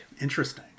Interesting